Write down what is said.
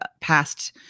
past